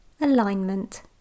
Alignment